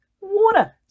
water